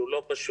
שהוא לא פשוט,